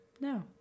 No